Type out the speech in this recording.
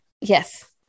Yes